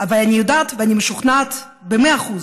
אבל אני יודעת ואני משוכנעת במאה אחוז,